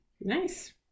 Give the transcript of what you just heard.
nice